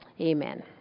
Amen